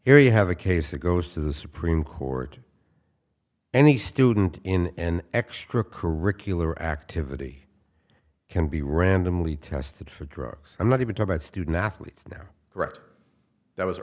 here you have a case that goes to the supreme court any student in extra curricular activity can be randomly tested for drugs i'm not even talk about student athletes now correct that was